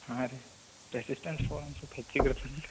ಹಾಂ ರೀ resistance power ಸ್ವಲ್ಪ ಹೆಚ್ಚಿಗೆ ಇರ್ತದಲ್ಲ ರಿ